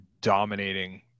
dominating